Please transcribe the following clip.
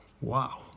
Wow